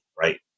right